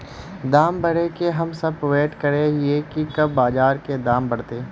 दाम बढ़े के हम सब वैट करे हिये की कब बाजार में दाम बढ़ते?